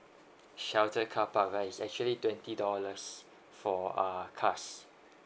shelter carpark right it's actually twenty dollars for uh cars